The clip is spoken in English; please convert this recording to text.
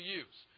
use